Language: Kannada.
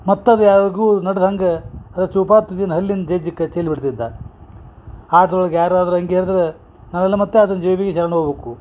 ಮತ್ತದ ಯಾವ್ಗು ನಡ್ದ ಹಂಗೆ ಅದು ಚುಪಾದ ತುದಿನ ಹಲ್ಲಿಂದ ಜಜ್ಜಿ ಕ ಚೆಲ್ಬಿಡ್ತಿದ್ದ ಆದ್ರೊಳಗ ಯಾರದ್ರ ಅಂಗಿ ಅದನ್ನ ಮತ್ತೆ ಅದನ್ನ ಜೇಬಿಗೆ ಶರಣೋಗಬೇಕು